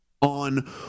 on